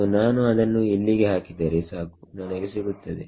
so ನಾನು ಅದನ್ನು ಇಲ್ಲಿಗೆ ಹಾಕಿದರೆ ಸಾಕು ನನಗೆ ಸಿಗುತ್ತದೆ